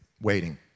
waiting